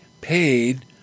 paid